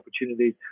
opportunities